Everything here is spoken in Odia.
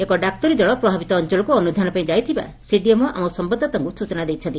ଏକ ଡାକ୍ତରୀ ଦଳ ପ୍ରଭାବିତ ଅଞ୍ଚଳକୁ ଅନୁଧାନ ପାଇଁ ଯାଇଥିବା ସିଡିଏମ୍ଓ ଆମ ସମ୍ୟାଦଦାତାଙ୍କୁ ସୂଚନା ଦେଇଛନ୍ତି